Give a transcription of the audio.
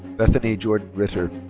bethanni jordan ritter.